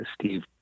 Steve